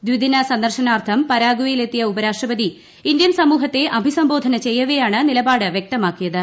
ദ്വീദിന സന്ദർശനാർഥം പരാഗ്വയിലെത്തിയ ഉപരാഷ്ട്രപതി ഇന്ത്യൻ സമൂഹത്തെ അഭിസംബോധന ചെയ്യവെയാണ് നിലപാട് വ്യക്തമാക്കിയത്